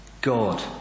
God